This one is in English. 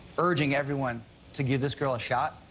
urging everyone to give this girl a shot,